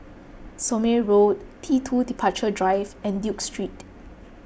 Somme Road T two Departure Drive and Duke Street